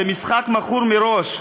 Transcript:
זה משחק מכור מראש.